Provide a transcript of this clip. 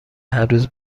هرروز